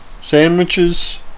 sandwiches